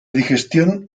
digestión